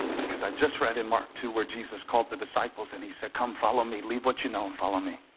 because i just read in mark to where jesus called the disciples, and he said come follow me leave what you know and follow me